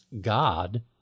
God